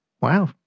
Wow